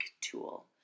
tool